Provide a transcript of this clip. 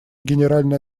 генеральная